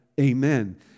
amen